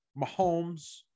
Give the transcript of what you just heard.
Mahomes